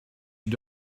you